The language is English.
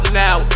now